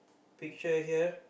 picture here